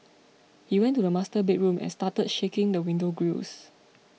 he went to the master bedroom and started shaking the window grilles